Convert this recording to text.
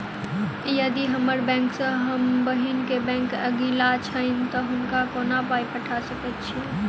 यदि हम्मर बैंक सँ हम बहिन केँ बैंक अगिला छैन तऽ हुनका कोना पाई पठा सकैत छीयैन?